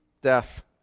death